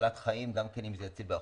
הצלת חיים גם כן אם זה באחוזים.